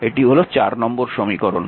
এটি হল নম্বর সমীকরণ